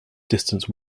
distance